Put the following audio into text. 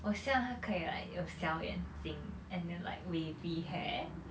我希望他可以还可以 like 有小眼睛 and then like wavy hair